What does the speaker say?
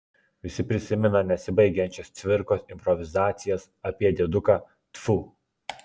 visi prisimena nesibaigiančias cvirkos improvizacijas apie dėduką tfu